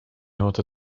order